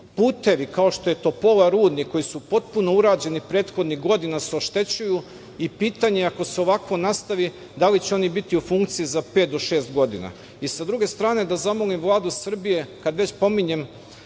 Putevi kao što je Topola – Rudnik koji su potpuno urađeni prethodnih godina se oštećuju i pitanje je ako se ovako nastavi da li će oni biti u funkciji za pet do šest godina. Sa druge strane, da zamolim Vladu Srbije, kad već pominjem